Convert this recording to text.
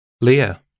Leah